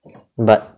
but